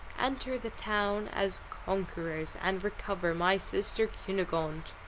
enter the town as conquerors, and recover my sister cunegonde.